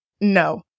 no